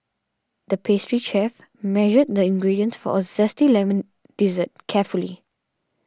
the pastry chef measured the ingredients for a Zesty Lemon Dessert carefully